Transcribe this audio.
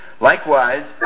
Likewise